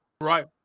right